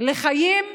לחיים מכבדים,